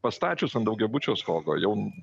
pastačius ant daugiabučio stogo jau